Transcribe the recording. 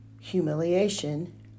humiliation